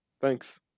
thanks